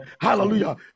hallelujah